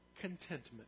contentment